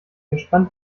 gespannt